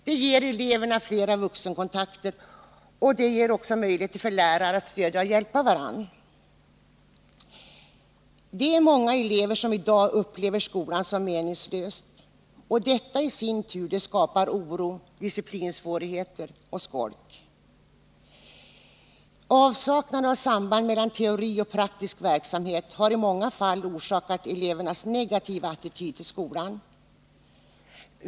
Det ger eleverna fler vuxenkontakter, och det ger också möjligheter för lärarna att stödja och hjälpa varandra. Det är många elever som i dag upplever skolan som meningslös, och detta i sin tur skapar oro, disciplinsvårigheter och skolk. Avsaknaden av samband mellan teori och praktisk verksamhet har i många fall orsakat elevernas negativa attityd till skolan.